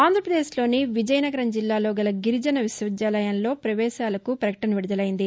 ఆంధ్రప్రదేశ్లోని విజయనగరం జిల్లాలో గల గిరిజన విశ్వవిద్యాలయంలో పవేశాలకు ప్రకటన విడుదలైంది